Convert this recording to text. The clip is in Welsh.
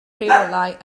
rheolau